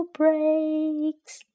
breaks